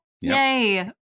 yay